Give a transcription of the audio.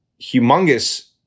humongous